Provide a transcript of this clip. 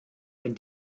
denn